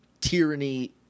tyranny